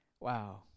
Wow